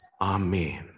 Amen